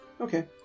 okay